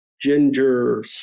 ginger